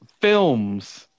films